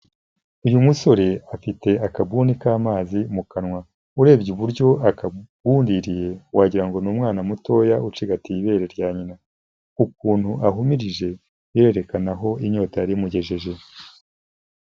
Uyu musore afite akaguni k'amazi mu kanwa, urebye uburyo akagundiriye wagira ngo ni umwana mutoya ucigatiye ibere rya nyina, ukuntu ahumirije birerekana aho inyota yari imugejeje.